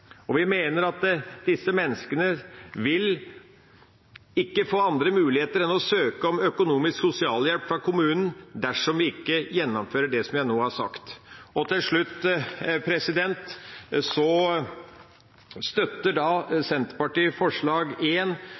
helseproblem. Vi mener at disse menneskene ikke vil få andre muligheter enn å søke om økonomisk sosialhjelp fra kommunen dersom vi ikke gjennomfører det som jeg nå har sagt. Til slutt: Senterpartiet støtter forslag nr. 1, som er fremmet av Arbeiderpartiet, Senterpartiet